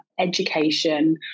education